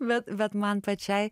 bet bet man pačiai